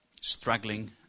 struggling